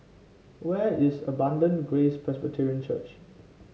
where is Abundant Grace Presbyterian Church